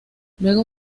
luego